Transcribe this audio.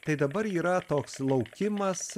tai dabar yra toks laukimas